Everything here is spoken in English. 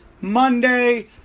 Monday